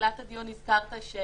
בתחילת הדיון הזכרת את